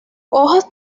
hojas